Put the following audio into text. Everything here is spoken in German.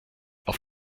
auf